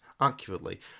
accurately